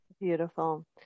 beautiful